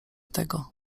tego